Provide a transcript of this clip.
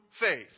faith